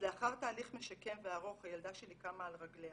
לאחר תהליך משקם וארוך הילדה שלי קמה על רגליה